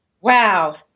Wow